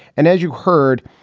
and as you heard,